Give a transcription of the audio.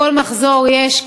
בכל מחזור יש כ-1,000.